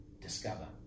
discover